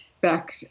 back